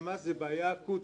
זו ממש בעיה אקוטית.